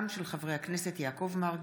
ברשות יושב-ראש